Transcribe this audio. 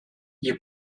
you